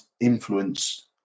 influence